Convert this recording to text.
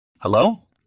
Hello